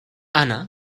hanna